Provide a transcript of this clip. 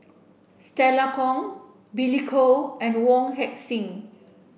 Stella Kon Billy Koh and Wong Heck Sing